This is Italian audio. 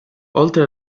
oltre